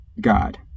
god